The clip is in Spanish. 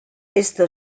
esto